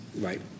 Right